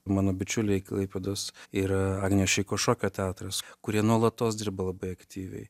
mano bičiuliai klaipėdos ir agnės šeiko šokio teatras kurie nuolatos dirba labai aktyviai